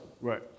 Right